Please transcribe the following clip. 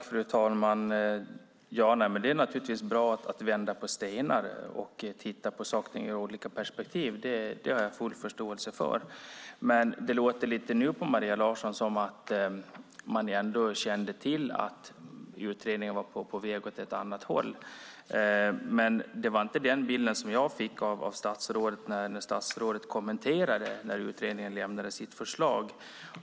Fru talman! Det är naturligtvis bra att vända på stenar och titta på saker och ting ur olika perspektiv. Det har jag full förståelse för. Men nu låter det lite på Maria Larsson som att man ändå kände till att utredningen var på väg åt ett annat håll. Det var inte den bilden jag fick av statsrådets kommentar när utredningen lämnade sitt förslag.